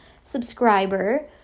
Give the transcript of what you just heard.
subscriber